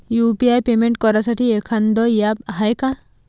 UPI payment करासाठी एखांद app हाय का?